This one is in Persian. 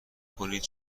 کنید